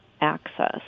access